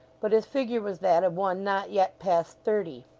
but his figure was that of one not yet past thirty.